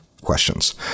questions